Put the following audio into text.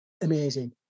amazing